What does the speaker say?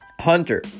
Hunter